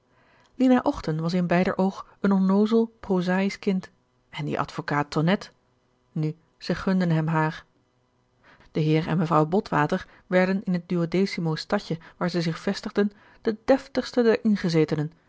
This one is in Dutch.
lina ochten was in beider oog een onnoozel prozaïsch kind en die advokaat tonnette nu zij gunden hem haar gerard keller het testament van mevrouw de tonnette de heer en mevrouw botwater werden in het duodecimo stadje waar zij zich vestigden de defstigste der ingezetenen